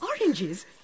Oranges